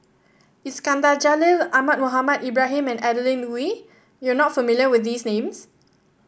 Iskandar Jalil Ahmad Mohamed Ibrahim and Adeline Ooi you are not familiar with these names